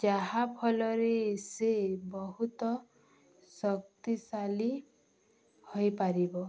ଯାହାଫଳରେ ସେ ବହୁତ ଶକ୍ତିଶାଳୀ ହୋଇପାରିବ